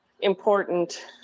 important